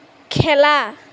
খেলা